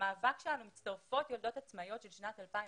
למאבק שלנו מצטרפות יולדות עצמאיות של שנת 2021,